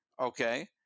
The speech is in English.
okay